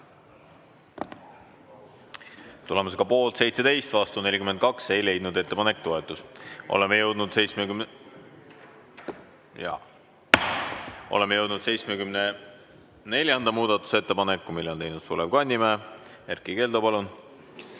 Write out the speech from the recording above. Tulemusega poolt 17, vastu 42, ei leidnud ettepanek toetust. Oleme jõudnud 74. muudatusettepanekuni, mille on teinud Sulev Kannimäe. Erkki Keldo, palun!